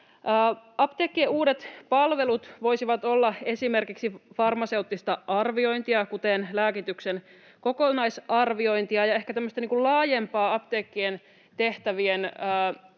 Apteekkien uudet palvelut voisivat olla esimerkiksi farmaseuttista arviointia, kuten lääkityksen kokonaisarviointia, ja ehkä tämmöistä laajempaa apteekkien tehtävien